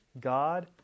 God